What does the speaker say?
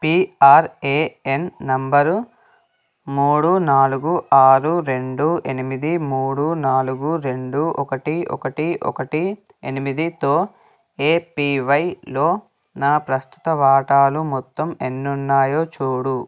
PRAN number మూడు నాలుగు ఆరు రెండు ఎనిమిది మూడు నాలుగు రెండు ఒకటి ఒకటి ఒకటి ఎనిమిదితో ఏపీవైలో నా ప్రస్తుత వాటాలు మొత్తం ఎన్ని ఉన్నాయో చూడుము